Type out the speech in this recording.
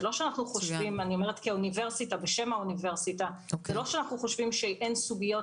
זה לא שאנחנו חושבים כאוניברסיטה שאין סוגיות